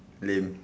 lame